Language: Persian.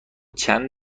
چند